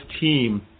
team